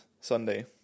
Sunday